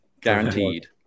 Guaranteed